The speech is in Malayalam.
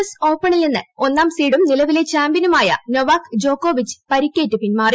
എസ് ഓപ്പണിൽ നിന്ന് ഒന്നാം സീഡും നിലവിലെ ചാമ്പ്യനുമായ നൊവാക് ജോക്കോവിച്ച് പരിക്കേറ്റ് പിന്മാറി